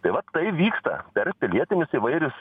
tai vat tai vyksta per pilietinius įvairius